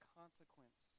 consequence